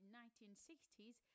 1960s